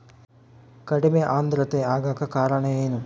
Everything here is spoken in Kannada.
ಕಡಿಮೆ ಆಂದ್ರತೆ ಆಗಕ ಕಾರಣ ಏನು?